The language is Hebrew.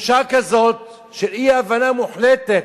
תחושה כזאת של אי-הבנה מוחלטת.